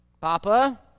papa